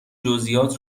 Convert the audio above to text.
جزییات